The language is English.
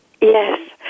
Yes